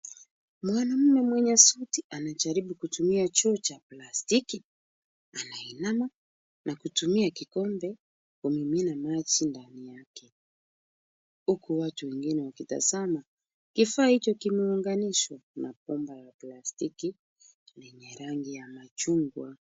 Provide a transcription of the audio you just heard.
Mwanaume mwenye suti anajaribu kutumia choo cha plastiki anainama na kutumia kikombe kumimina maji ndani yake huku watu wengine wakitazama. Kifaa hicho kimeunganishwa na bomba la plastiki lenye rangi ya machungwa.